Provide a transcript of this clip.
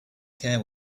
care